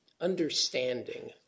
understanding